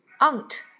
Aunt